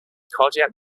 cardiac